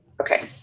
Okay